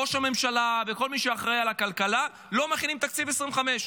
ראש הממשלה וכל מי שאחראי לכלכלה לא מכינים תקציב ל-2025.